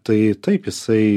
tai taip jisai